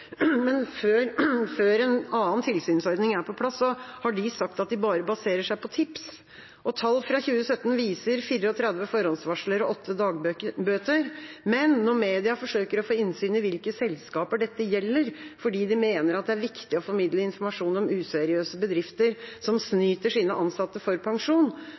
men før en annen tilsynsordning er på plass, har de sagt at de bare baserer seg på tips. Tall fra 2017 viser 34 forhåndsvarsler og 8 dagbøter, men når media forsøker å få innsyn i hvilke selskaper dette gjelder, fordi de mener det er viktig å formidle informasjon om useriøse bedrifter som snyter sine ansatte for pensjon,